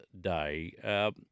day